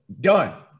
done